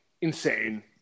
insane